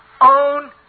own